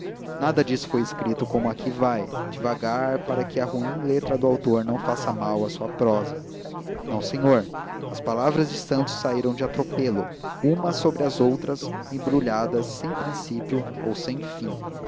nada disso foi escrito como aqui vai devagar para que a ruim letra do autor não faça mal à sua prosa não senhor as palavras de santos saíram de atropelo umas sobre outras embrulhadas sem princípio ou sem fim